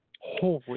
Holy